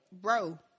bro